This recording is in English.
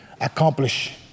Accomplish